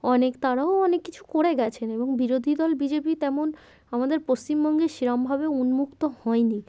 অনেক তারাও অনেক কিছু করে গিয়েছেন এবং বিরোধী দল বি জে পি তেমন আমাদের পশ্চিমবঙ্গে সেরমভাবে উন্মুক্ত হয়নি